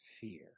fear